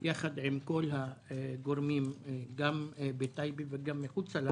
יחד עם כל הגורמים גם בטייבה וגם מחוצה לה